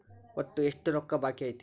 ಒಟ್ಟು ಎಷ್ಟು ರೊಕ್ಕ ಬಾಕಿ ಐತಿ?